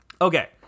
Okay